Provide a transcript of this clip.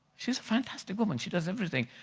she's a fantastic woman, she does everything.